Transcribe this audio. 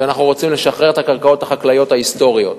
אנחנו רוצים לשחרר את הקרקעות החקלאיות ההיסטוריות.